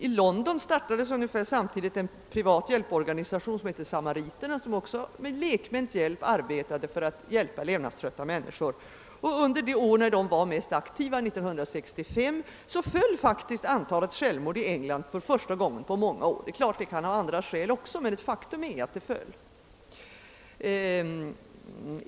I London påbörjades ungefär samtidigt en privat hjälporganisation, Samariterna, som också med medverkan av lekmän arbetade för att bistå levnadströtta människor. Under det år som organisationen var mest aktiv, 1965, föll faktiskt antalet självmord i England för första gången på många år. Självfallet kan det också finnas andra orsaker till detta, men det var ändå ett faktum att självmordsantalet sjönk.